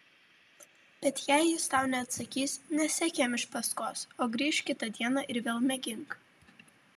bet jei jis tau neatsakys nesek jam iš paskos o grįžk kitą dieną ir vėl mėgink